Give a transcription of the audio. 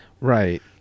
Right